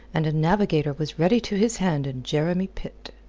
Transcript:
and a navigator was ready to his hand in jeremy pitt.